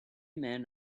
men